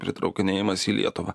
pritraukinėjamas į lietuvą